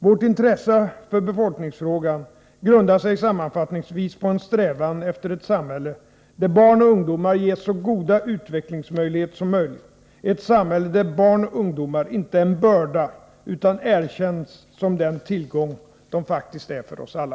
Vårt intresse för befolkningsfrågan grundar sig sammanfattningsvis på en strävan efter ett samhälle där barn och ungdomar ges så goda utvecklingsmöjligheter som möjligt, ett samhälle där barn och ungdomar inte är en börda utan erkänns som den tillgång de faktiskt är för oss alla.